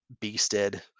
beasted